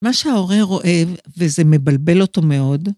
מה שההורה רואה וזה מבלבל אותו מאוד,